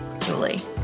julie